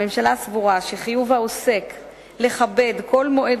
הממשלה סבורה שחיוב העוסק לכבד כל מועד